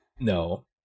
no